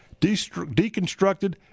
deconstructed